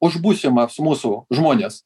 už būsimas mūsų žmones